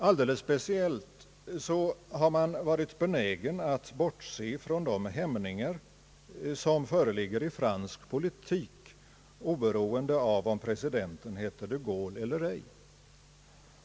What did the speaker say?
Alldeles speciellt har man varit benägen att bortse från de hämningar som föreligger i fransk politik, oberoende av om presidenten heter de Gaulle eller ej.